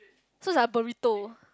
so it's like burrito